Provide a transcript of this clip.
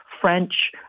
French